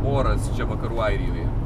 oras čia vakarų airijoje